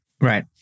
Right